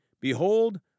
behold